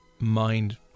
Mind